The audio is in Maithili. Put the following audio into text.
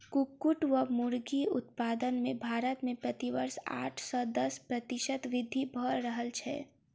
कुक्कुट वा मुर्गी उत्पादन मे भारत मे प्रति वर्ष आठ सॅ दस प्रतिशत वृद्धि भ रहल छै